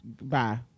bye